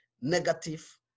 negative